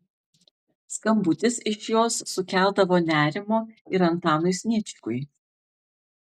skambutis iš jos sukeldavo nerimo ir antanui sniečkui